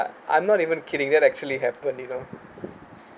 I'm not even kidding that actually happened you know